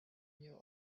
you